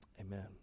amen